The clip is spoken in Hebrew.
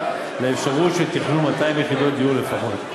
לאפשרות של תכנון 200 יחידות דיור לפחות.